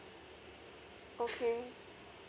okay